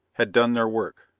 had done their work.